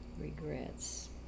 Regrets